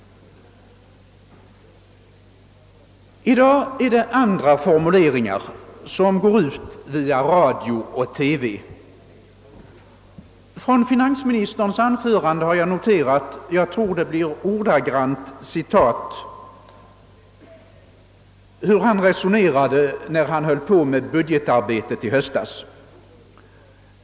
I dag är det andra formuleringar som går ut via radio och TV. Från finansministerns anförande har jag noterat — jag tror att det blir ett ordagrant citat — hur han resonerade när han höll på med budgetarbetet i höstas.